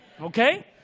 Okay